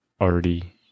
already